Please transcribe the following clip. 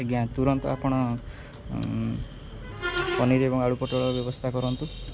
ଆଜ୍ଞା ତୁରନ୍ତ ଆପଣ ପନିର ଏବଂ ଆଳୁପୋଟଳର ବ୍ୟବସ୍ଥା କରନ୍ତୁ